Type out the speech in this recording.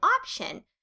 option